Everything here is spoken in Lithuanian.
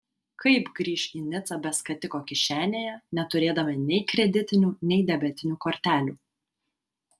kaip grįš į nicą be skatiko kišenėje neturėdama nei kreditinių nei debetinių kortelių